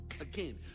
again